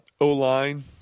O-line